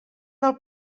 del